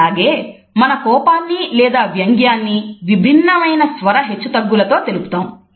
అలాగే మన కోపాన్ని లేదా వ్యంగ్యాన్ని విభిన్నమైన స్వర హెచ్చుతగ్గులతో తెలుపుతాము